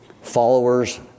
Followers